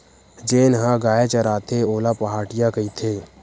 जेन ह गाय चराथे ओला पहाटिया कहिथे